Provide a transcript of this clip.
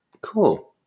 cool